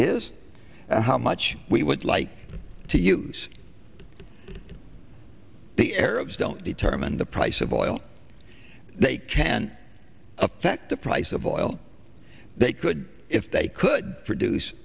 and how much we would like to use the arabs don't determine the price of oil they can affect the price of oil they could if they could produce